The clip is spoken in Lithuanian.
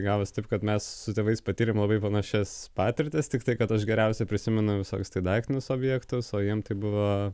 gavosi taip kad mes su tėvais patyrėm labai panašias patirtis tiktai kad aš geriausiai prisimenu visokius tai daiktinius objektus o jiem tai buvo